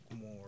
more